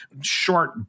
short